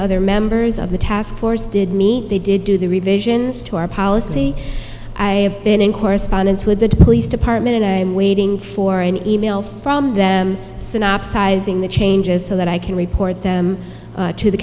other members of the task force did meet they did do the revisions to our policy i have been in correspondence with the police department and i'm waiting for an e mail from them synopsize in the changes so that i can report them to the